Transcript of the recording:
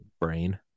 brain